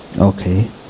Okay